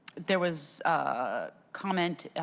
there was a comment